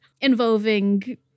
involving